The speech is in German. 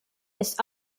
ist